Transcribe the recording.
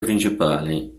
principali